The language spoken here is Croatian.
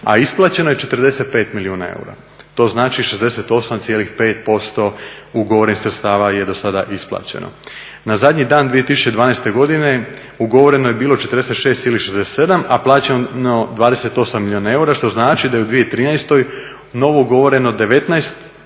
a isplaćeno je 45 milijuna eura. To znači 68,5% ugovorenih sredstava je do sada isplaćeno. Na zadnji dan 2012.godine ugovoreno je bilo 46,67, a plaćeno 28 milijuna eura što znači da je 2013.novougovoreno 19 milijuna